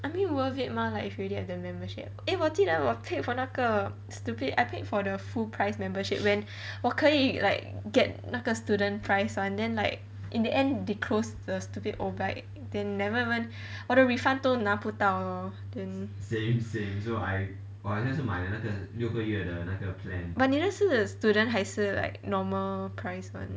I mean worth it mah like if you have their membership eh 我记得我 paid for 那个 stupid I paid for the full price membership when 我可以 like get 那个 student price [one] then like in the end they close the stupid obike then never even 我的 refund 都拿不到 lor but 你的是 student 还是 like normal price [one]